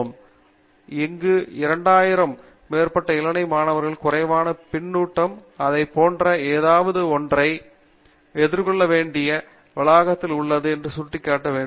ஆனால் 2000 க்கும் மேற்பட்ட இளநிலை மாணவர்களின் குறைவான பின்னூட்டம் இதைப் போன்ற ஏதாவது ஒன்றை எதிர்கொள்ள வேண்டிய வளாகத்தில் உள்ளது என்று சுட்டிக்காட்ட வேண்டும்